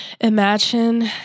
Imagine